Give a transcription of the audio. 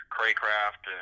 Craycraft